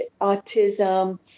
autism